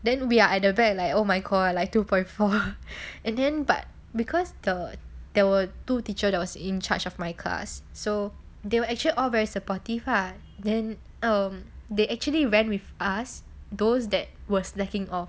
we are at the back like oh my god like two point four and then but because the there were two teacher that was in charge of my class so they will actually all very supportive uh then um they actually ran with us those that was slacking or